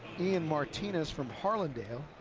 ian martinez from harlendale.